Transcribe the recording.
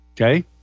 Okay